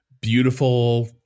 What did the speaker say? beautiful